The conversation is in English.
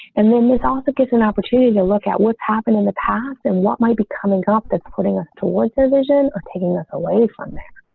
and then this also gives an opportunity to look at what's happened in the past and what might be coming up. that's putting towards division or taking us away from that.